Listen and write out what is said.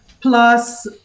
plus